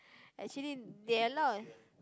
actually they allow